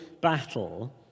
battle